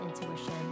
intuition